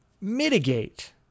mitigate